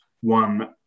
one